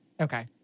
Okay